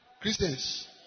Christians